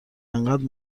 اینقدر